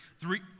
Three